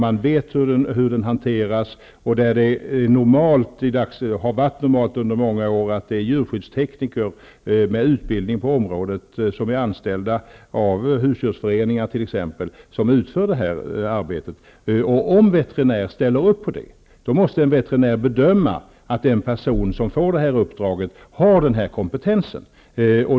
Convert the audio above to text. Man vet hur den hanteras, och det har under många år varit normalt att djurskyddstekniker med utbildning på området, t.ex. an ställda av husdjursföreningar, utför detta arbete. Om veterinär ställer sig bakom detta, måste denne bedöma att den person som får uppdraget har den erforderliga kompetensen.